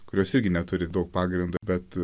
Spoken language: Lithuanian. kurios irgi neturi daug pagrindo bet